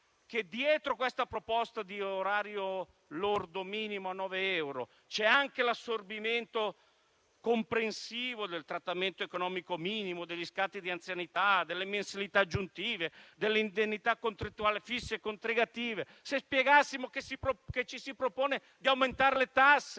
dietro questa proposta di salario orario lordo minimo a 9 euro c'è anche l'assorbimento comprensivo del trattamento economico minimo, degli scatti di anzianità, delle mensilità aggiuntive, delle indennità concettuali fisse e integrative, se spiegassimo che ci si propone di aumentare le tasse